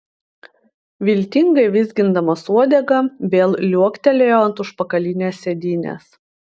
viltingai vizgindamas uodegą vėl liuoktelėjo ant užpakalinės sėdynės